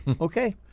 okay